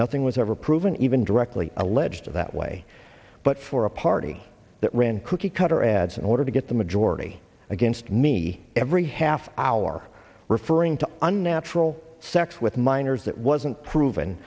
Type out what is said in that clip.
nothing was ever proven even directly alleged that way but for a party that ran cookie cutter ads in order to get the majority against me every half hour referring to on natural sex with minors that wasn't proven